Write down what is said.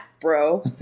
bro